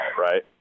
right